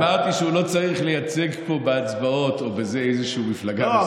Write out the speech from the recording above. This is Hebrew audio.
אמרתי שהוא לא צריך לייצג פה בהצבעות איזושהי מפלגה.